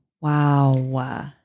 Wow